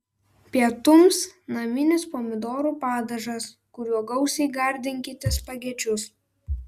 pietums naminis pomidorų padažas kuriuo gausiai gardinkite spagečius